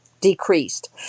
decreased